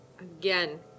again